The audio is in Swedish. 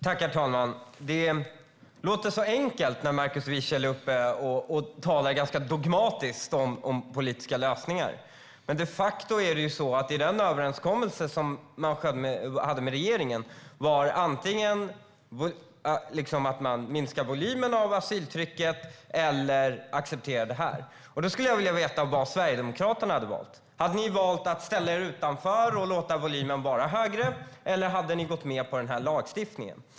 Herr talman! Det låter så enkelt när Markus Wiechel talar dogmatiskt om politiska lösningar. Men de facto innebär överenskommelsen med regeringen att antingen minska volymen av asyltrycket eller acceptera. Jag skulle vilja veta vad Sverigedemokraterna hade valt. Hade ni valt att ställa er utanför och låta volymen vara högre, eller hade ni gått med på lagstiftningen?